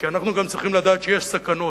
כי אנחנו גם צריכים לדעת שיש סכנות.